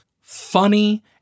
funny